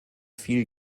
viel